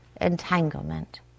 entanglement